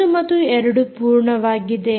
ಒಂದು ಮತ್ತು ಎರಡು ಪೂರ್ಣವಾಗಿದೆ